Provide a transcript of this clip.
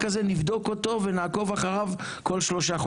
בגלל שיש שם הקרנות ויכול משהו להשתבש